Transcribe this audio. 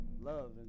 love